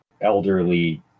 elderly